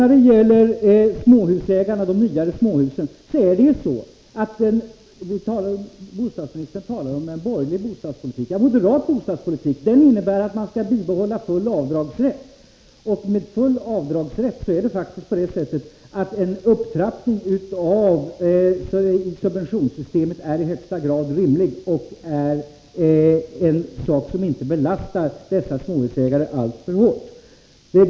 När det gäller ägare till de nyare småhusen: Bostadsministern talar om en borgerlig bostadspolitik. Ja, moderat bostadspolitik innebär att full avdragsrätt skall bibehållas, och med full avdragsrätt är en upptrappning i subventionssystemet i högsta grad rimlig och belastar inte dessa småhusägare alltför hårt.